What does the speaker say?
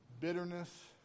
bitterness